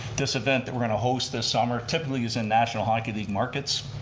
this event that we're going to host this summer typically is in national hockey league markets.